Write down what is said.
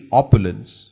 opulence